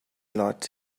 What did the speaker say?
lot